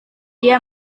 dia